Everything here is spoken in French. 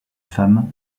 femme